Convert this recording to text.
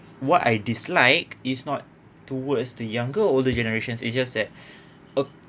what I dislike is not towards the younger or older generations is just that